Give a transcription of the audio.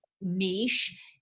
niche